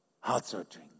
heart-searching